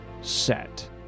Set